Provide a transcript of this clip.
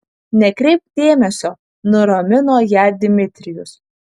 nekreipk dėmesio nuramino ją dmitrijus